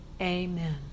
Amen